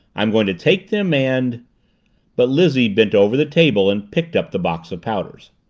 i'm going to take them and but lizzie bent over the table and picked up the box of powders.